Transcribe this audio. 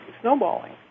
snowballing